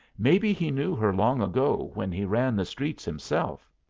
maybe he knew her long ago when he ran the streets himself.